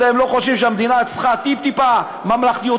אתם לא חושבים שהמדינה צריכה טיפ-טיפה ממלכתיות?